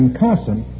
constant